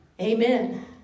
Amen